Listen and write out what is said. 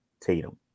Tatum